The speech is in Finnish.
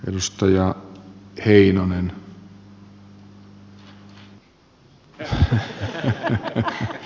risto ja muilla keinoilla